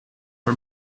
her